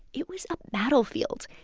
it was a battlefield.